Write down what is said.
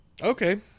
Okay